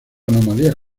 anomalías